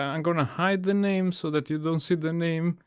i'm going to hide the name, so that you don't see the name,